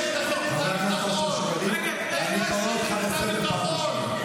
רוצים שכל העולם יראה את האמת על עזה דרך דף המסרים,